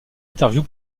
interview